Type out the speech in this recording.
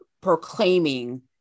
proclaiming